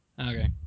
Okay